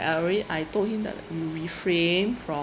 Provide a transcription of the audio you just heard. already I told him that you refrain from